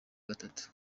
gatatu